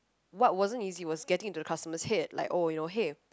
what wasn't easy was getting into the customer's head like oh you know hey